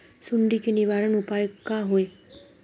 सुंडी के निवारण उपाय का होए?